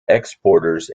exporters